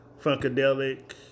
funkadelic